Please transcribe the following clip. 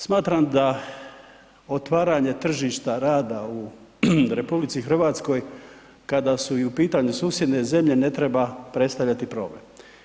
Smatram da otvaranje tržišta rada u RH kada su i u pitanju susjedne zemlje ne treba predstavljati problem.